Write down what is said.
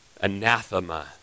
Anathema